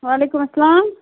وعلیکُم السلام